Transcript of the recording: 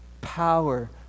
power